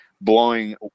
blowing